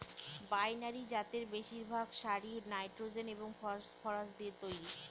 binary জাতের বেশিরভাগ সারই নাইট্রোজেন এবং ফসফরাস দিয়ে তৈরি